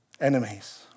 enemies